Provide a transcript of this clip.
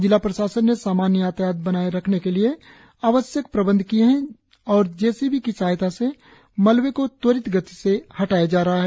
जिला प्रशासन ने सामान्य यातायात बनाए रखने के लिए आवश्यक प्रबंध किए है और जे सी बी की सहायता से मलवे को त्वरित गति से हटाया जा रहा है